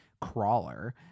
crawler